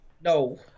no